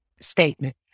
statement